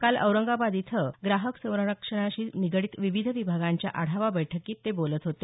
काल औरंगाबाद इथं ग्राहक संरक्षणाशी निगडीत विविध विभागांच्या आढावा बैठकीत ते बोलत होते